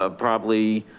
ah probably,